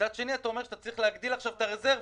ומצד שני אתה אומר שאתה צריך להגדיל עכשיו את הרזרבות.